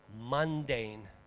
mundane